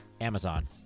Amazon